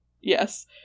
Yes